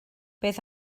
beth